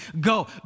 go